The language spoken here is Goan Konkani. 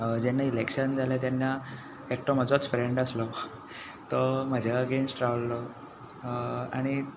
जेन्ना इलेक्शन जालें तेन्ना एकटो म्हजोच फ्रेंड आसलो तो म्हज्या अगेनस्ट रावलो आनी